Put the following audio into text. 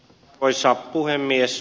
arvoisa puhemies